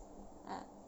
uh